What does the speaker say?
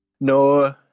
No